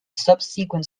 subsequent